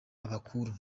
abakuru